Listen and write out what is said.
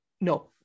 No